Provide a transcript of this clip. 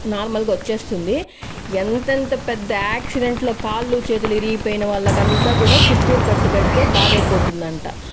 normal గా వచ్చేస్తుంది ఎంతెంత పెద్ద ఆక్సిడెంట్ లో కాళ్లు చేతులు ఇరిగిపోయిన వాళ్ళకంతా కూడా పుత్తూర్కట్టు కడితే బాగైపోతుందంట